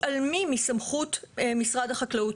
מתעלמים מסמכות משרד החקלאות.